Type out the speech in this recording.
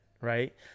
Right